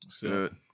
Good